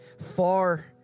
far